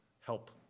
help